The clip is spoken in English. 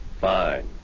Fine